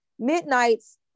midnights